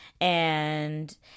And-